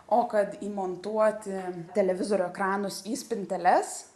o kad įmontuoti televizorių ekranus į spinteles